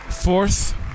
fourth